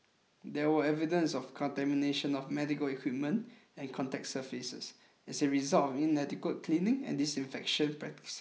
there were evidence of contamination of medical equipment and contact surfaces as a result of inadequate cleaning and disinfection practices